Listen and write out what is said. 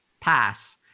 pass